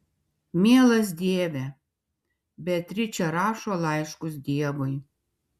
mielas dieve beatričė rašo laiškus dievui